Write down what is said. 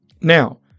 Now